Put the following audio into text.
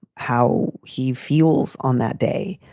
how he feels on that day,